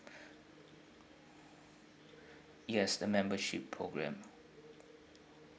yes the membership program